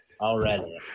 Already